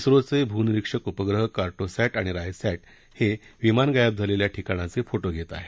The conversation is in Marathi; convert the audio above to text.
झोचे भूनिरिक्षक उपग्रह कार्टोसॅट आणि रायसॅट हे विमान गायब झालेल्या ठिकाणाचे फोटो घेत आहेत